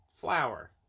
flower